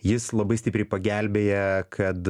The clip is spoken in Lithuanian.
jis labai stipriai pagelbėja kad